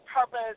purpose